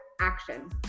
action